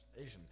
Asian